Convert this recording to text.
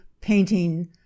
Painting